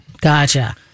Gotcha